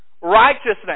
righteousness